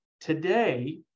Today